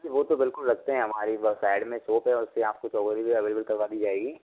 वो तो बिलकुल रखते है हमारी जो साइड में सोप है वहाँ से जो जरूरी है अवेलेबल करवा दी जाएगी